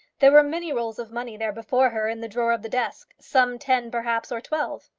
there were many rolls of money there before her in the drawer of the desk some ten, perhaps, or twelve.